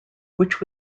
which